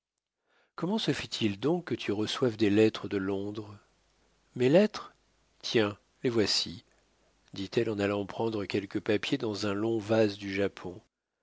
comment se fait-il donc que tu reçoives des lettres de londres mes lettres tiens les voici dit-elle en allant prendre quelques papiers dans un long vase du japon